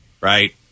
Right